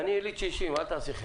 אני יליד 1960. תעשי חשבון.